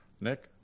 Nick